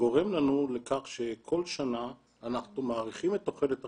גורם לנו לכך שכל שנה אנחנו מאריכים את תוחלת החיים,